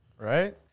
Right